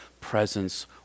presence